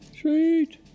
Sweet